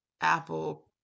Apple